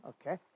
Okay